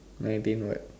nineteen what